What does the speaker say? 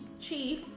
chief